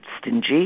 stingy